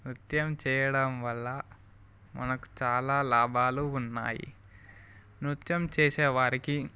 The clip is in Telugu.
నృత్యం చేయడం వల్ల మనకు చాలా లాభాలు ఉన్నాయి నృత్యం చేసేవారికి